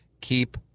keep